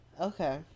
Okay